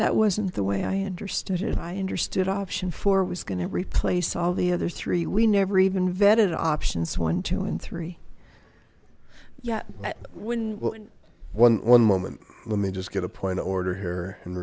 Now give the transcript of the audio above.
that wasn't the way i understood it i understood option four was going to replace all the other three we never even vetted options one two and three yet when one moment let me just get a point of order